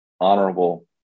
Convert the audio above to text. honorable